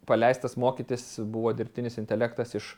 paleistas mokytis buvo dirbtinis intelektas iš